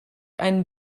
einen